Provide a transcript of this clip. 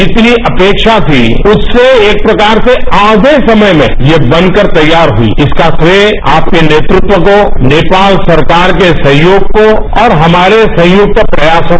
जितनी अपेक्षा थी उससे एक प्रकार से आधे समय में यह बनकर तैयार हुई इसका श्रेय आपके नेतृत्व को नेपाल सरकार के सहयोग को और हमारे संयुक्त प्रयासों को